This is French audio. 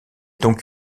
donc